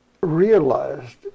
realized